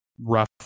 rough